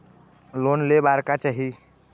Loan ले बार का चाही?